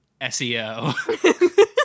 SEO